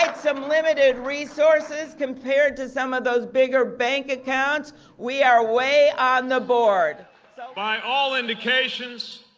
and some limited resources compared to some of those bigger bank accounts we are way on the board so by all indications.